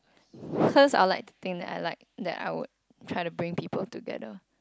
hers are like think that I like that I would try to bring people together